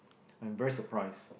I'm very surprise